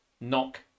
knock